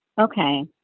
Okay